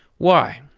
why?